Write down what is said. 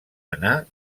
anar